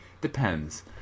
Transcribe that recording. Depends